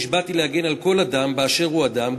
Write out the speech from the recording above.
נשבעתי להגן על כל אדם באשר הוא אדם,